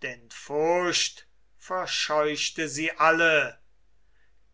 denn furcht verscheuchte sie alle